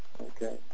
Okay